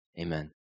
Amen